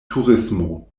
turismo